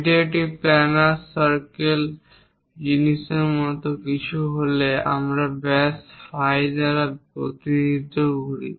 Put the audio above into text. এটি একটি planar circle জিনিসের মত কিছু হলে আমরা ব্যাস phi দ্বারা প্রতিনিধিত্ব করি